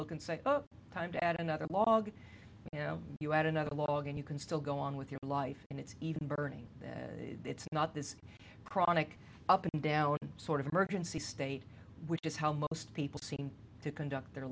look and say oh time to add another log you know you add another log and you can still go on with your life and it's even bernie it's not this chronic up and down sort of emergency state which is how most people seem to conduct their